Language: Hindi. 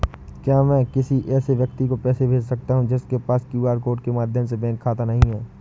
क्या मैं किसी ऐसे व्यक्ति को पैसे भेज सकता हूँ जिसके पास क्यू.आर कोड के माध्यम से बैंक खाता नहीं है?